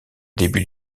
début